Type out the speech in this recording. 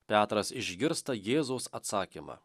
petras išgirsta jėzaus atsakymą